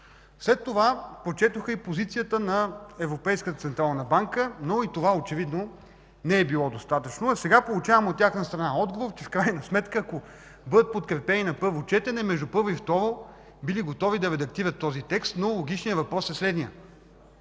След това прочетоха и позицията на Европейската централна банка, но и това очевидно не е било достатъчно. Сега получавам от тяхна страна отговор, че в крайна сметка, ако бъдат подкрепени на първо четене, между първо и второ четене били готови да редактират този текст. Логичният въпрос е: